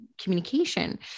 communication